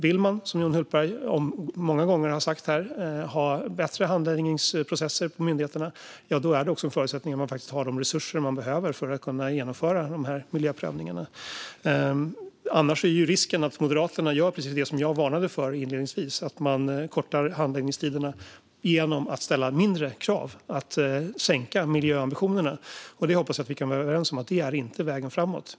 Vill man, som Johan Hultberg många gånger har sagt, ha bättre handläggningsprocesser i myndigheterna är en förutsättning att de har de resurser de behöver för att kunna genomföra miljöprövningarna. Annars är risken att Moderaterna gör precis det jag varnade för inledningsvis, nämligen att man kortar handläggningstiderna genom att ställa lägre krav och sänker miljöambitionerna. Jag hoppas att vi är överens om att detta inte är vägen framåt.